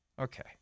okay